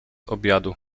obiadu